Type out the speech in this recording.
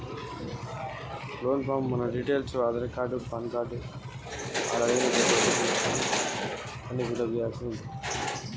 Loan form ఎలా నింపాలి?